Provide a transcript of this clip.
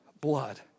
blood